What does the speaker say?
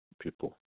people